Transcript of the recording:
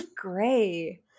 gray